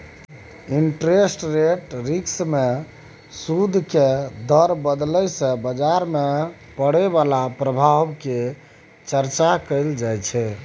interest rate risk मे सूदि केर दर बदलय सँ बजार पर पड़य बला प्रभाव केर चर्चा कएल जाइ छै